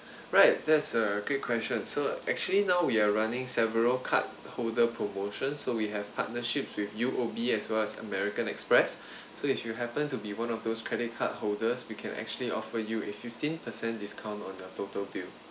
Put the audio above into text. right that's a great question so actually now we are running several card holder promotions so we have partnerships with U_O_B as well as american express so if you happen to be one of those credit card holders we can actually offer you a fifteen percent discount on your total bill